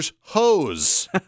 Hoes